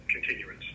continuance